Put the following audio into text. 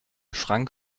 schrank